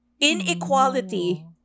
Inequality